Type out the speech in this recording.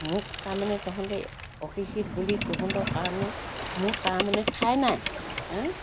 মোক তাৰমানে তহঁতে অশিক্ষিত বুলি তহঁতৰ কাৰণে মোৰ তাৰমানে ঠাই নাই হাঁ